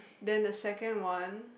then the second one